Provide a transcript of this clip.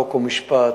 חוק ומשפט,